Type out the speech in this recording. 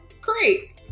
great